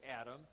Adam